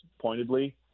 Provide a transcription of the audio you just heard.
pointedly